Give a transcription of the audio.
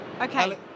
Okay